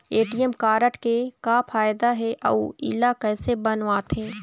ATM card के का फायदा हे अऊ इला कैसे बनवाथे?